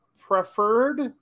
preferred